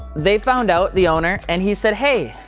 they found out, the owner, and he said, hey,